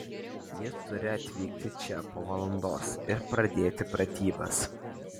jie turi atvykti čia po valandos ir pradėti pratybas